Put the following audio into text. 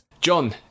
John